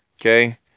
Okay